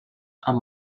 amb